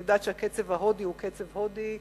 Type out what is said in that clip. אני יודעת שהקצב ההודי הוא קצב הודי,